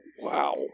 wow